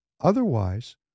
Otherwise